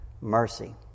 mercy